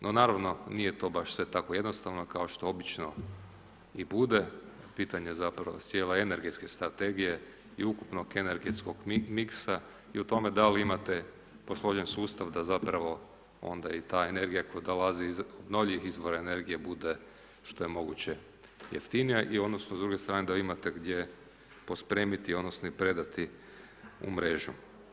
No naravno nije to baš sve tako jednostavno kao što obično i bude, pitanje zapravo cijele energetske strategije i ukupnog energetskog miksa i u tome da li imate posložen sustav da zapravo onda i ta energija koja dolazi iz novih izvora energije bude što je moguće jeftinija i odnosno s druge strane da imate gdje pospremiti, odnosno i predati u mrežu.